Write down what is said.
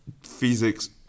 physics